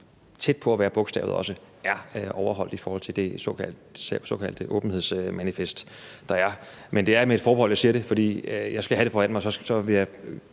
tæt på at være bogstavet – er overholdt i forhold til det såkaldte åbenhedsmanifest, der er. Men jeg siger det med et forbehold, for jeg skal have det foran mig, og så vil jeg